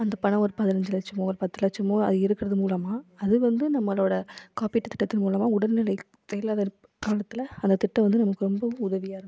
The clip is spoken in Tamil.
அந்த பணம் ஒரு பதினைஞ்சு லட்சமோ ஒரு பத்து லட்சமோ அது இருக்கிறது மூலமாக அது வந்து நம்மளோடய காப்பீட்டு திட்டத்தின் மூலமாக உடல்நிலைக்கு இப்போ சரி இல்லாத இருப்ப காரணத்தில் அந்த திட்டம் வந்து நமக்கு ரொம்பவும் உதவியாக இருக்கும்